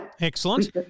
Excellent